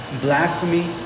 blasphemy